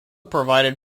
provided